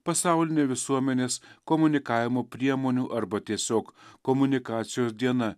pasaulinė visuomenės komunikavimo priemonių arba tiesiog komunikacijos diena